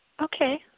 Okay